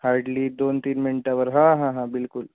hardly दोनतीन मिनिटावर हा हा हा बिलकुल